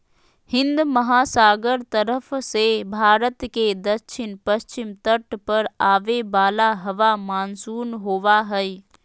हिन्दमहासागर तरफ से भारत के दक्षिण पश्चिम तट पर आवे वाला हवा मानसून होबा हइ